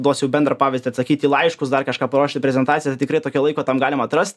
duosiu bendrą pavyzdį atsakyt į laiškus dar kažką paruošti prezentaciją tai tikrai tokio laiko tam galima atrast